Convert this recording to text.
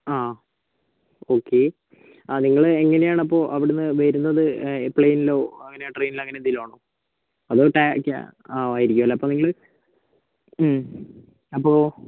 ആ ഓക്കെ ആ നിങ്ങള് എങ്ങനെയാണപ്പോൾ അവിടെ നിന്ന് വരുന്നത് പ്ലെയ്നിലോ അങ്ങനെ ട്രെയിനിലോ അങ്ങനെയെന്തെങ്കിലും ആണോ അതോ ടാക്കാ ഓ ആയിരിക്കും അല്ലെ അപ്പോൾ നിങ്ങള് അപ്പോൾ